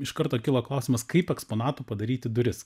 iš karto kilo klausimas kaip eksponatu padaryti duris